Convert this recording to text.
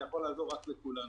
זה יכול לעזור לכולנו.